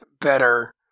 better